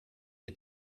wir